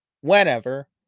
whenever